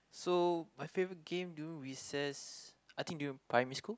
so my favorite game during recess I think during primary school